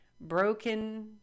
broken